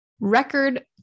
Record